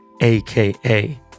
aka